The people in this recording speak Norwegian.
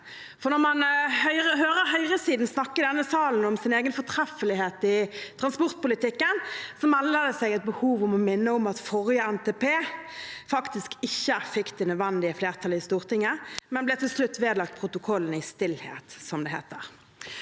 salen hører høyresiden snakke om sin egen fortreffelighet i transportpolitikken, melder det seg et behov for å minne om at forrige NTP faktisk ikke fikk det nødvendige flertall i Stortinget, men til slutt ble vedlagt protokollen i stillhet, som det heter.